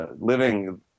living